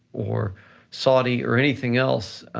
or saudi or anything else?